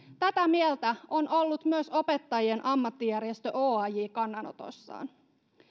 tätä mieltä on ollut myös opettajien ammattijärjestö oaj kannanotossaan